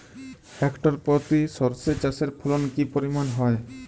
Hectare প্রতি সর্ষে চাষের ফলন কি পরিমাণ হয়?